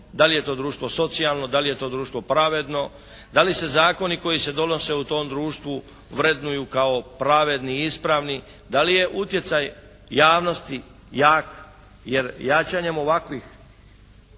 da li je to društvo socijalno, da li je to društvo pravedno, da li se zakoni koji se donose u tom društvu vrednuju kao pravedni i ispravni, da li je utjecaj javnosti jak, jer jačanjem ovakvih